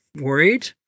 worried